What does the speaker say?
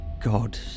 God